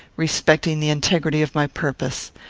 respecting the integrity of my purpose.